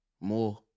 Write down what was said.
more